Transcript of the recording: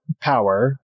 power